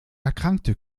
erkrankte